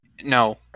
No